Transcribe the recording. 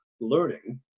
learning